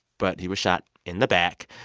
but he was shot in the back.